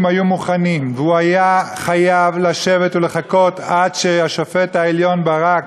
היו מוכנים והוא היה חייב לשבת ולחכות עד שהשופט העליון ברק